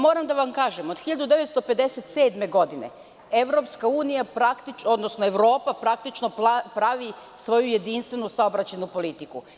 Moram da vam kažem od 1957. godine EU, odnosno Evropa praktično pravi svoju jedinstvenu saobraćajnu politiku.